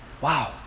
wow